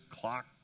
clock